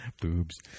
Boobs